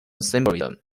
symbolism